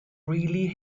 really